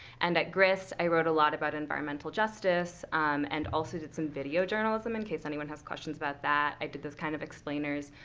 and at grist, i wrote a lot about environmental justice and also did some video journalism in case anyone has questions about that. i did those, kind of, explainers.